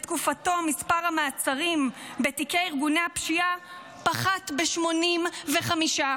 בתקופתו מספר המעצרים בתיקי ארגוני הפשיעה פחת ב-85%,